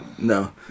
No